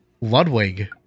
Ludwig